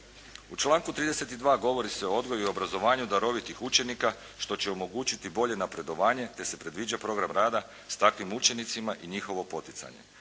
U članku 32. govori se o odgoju i obrazovanju darovitih učenika što će omogućiti bolje napredovanje te se predviđa program rada s takvim učenicima i njihovo poticanje.